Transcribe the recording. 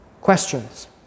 Questions